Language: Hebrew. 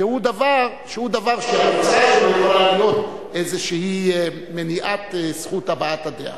שהוא דבר שהתוצאה שלו יכולה להיות איזו מניעת זכות הבעת הדעה.